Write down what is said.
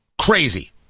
crazy